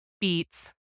beats